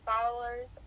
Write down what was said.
followers